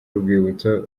urwibutso